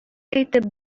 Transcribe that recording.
итеп